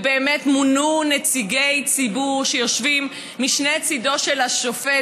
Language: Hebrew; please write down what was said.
ובאמת מונו נציגי ציבור שיושבים משני צדדיו של השופט,